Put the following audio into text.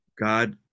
God